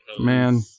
Man